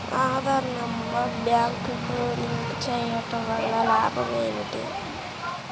Aadhaar number బ్యాంక్నకు link చేయుటవల్ల లాభం ఏమిటి?